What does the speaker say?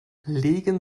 legen